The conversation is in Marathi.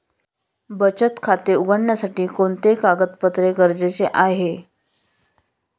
बचत खाते उघडण्यासाठी कोणते कागदपत्रे गरजेचे आहे?